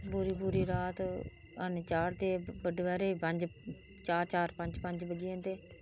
पूरी पूरी रात हरण चाढ़दे बडे़ पैह्रे दे चार चार पंज पंज ूज्जी जंदे